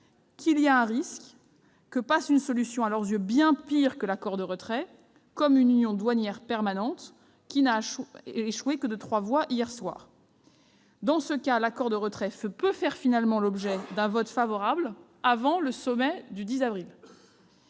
qu'il y a un risque à voir passer une solution à leurs yeux bien pire que l'accord de retrait, comme une union douanière permanente, laquelle n'a échoué que de 3 voix hier soir. Dans ce cas, l'accord de retrait peut finalement faire l'objet d'un vote favorable avant le sommet européen du 10 avril.